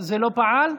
זה לא פעל?